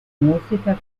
música